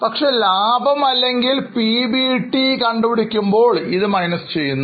പക്ഷേ ലാഭം അല്ലെങ്കിൽ PBT കണക്കാക്കുന്നതിനായി ഇത് കുറയ്ക്കുന്നു